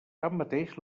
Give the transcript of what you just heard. tanmateix